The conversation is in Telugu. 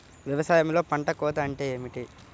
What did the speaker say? వ్యవసాయంలో పంట కోత అంటే ఏమిటి?